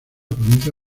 provincia